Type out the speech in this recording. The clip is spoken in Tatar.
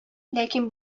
ләкин